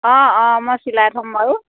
অঁ অঁ মই চিলাই থ'ম বাৰু